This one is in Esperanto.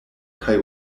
kaj